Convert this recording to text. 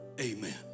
amen